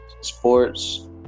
Sports